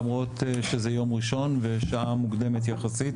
למרות שזה יום ראשון ושעה מוקדמת יחסית,